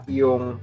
yung